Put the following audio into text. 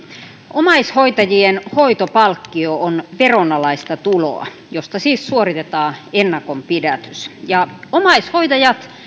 omaishoitajien hoitopalkkio on veronalaista tuloa josta siis suoritetaan ennakonpidätys omaishoitajat